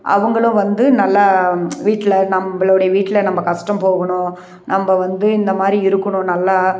அவங்களும் வந்து நல்லா வீட்டில் நம்பளோடைய வீட்டில் நம்ம கஷ்டம் போகணும் நம்ப வந்து இந்த மாதிரி இருக்கணும் நல்லா